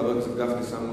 יהיה חבר הכנסת משה גפני.